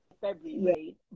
February